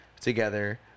together